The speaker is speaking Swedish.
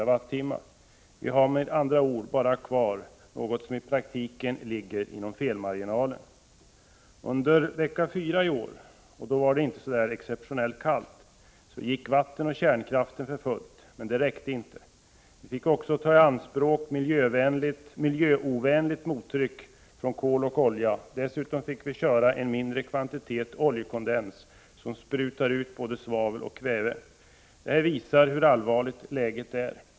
I praktiken har vi med andra ord bara kvar någonting som ligger inom felmarginalen. Under vecka 4 i år, då det inte var exceptionellt kallt, gick vattenoch kärnkraften för fullt, men det räckte inte. Vi fick också ta i anspråk miljöovänlig mottryckskraft från kol och olja. Dessutom fick vi köra en mindre kvantitet oljekondens, som sprutar ut både svavel och kväve. Det här visar hur allvarligt läget är.